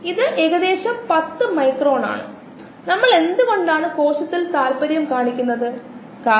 എല്ലാ പ്രകാശസംശ്ലേഷണത്തിന്റെയും ഉറവിടം നമുക്കുണ്ടായിരിക്കാം ഒന്നെകിൽ പരിഗണിക്കാം അല്ലെങ്കിൽ പരിഗണിക്കില്ലെന്ന് നമുക്കറിയാം